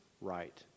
right